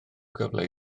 gyfle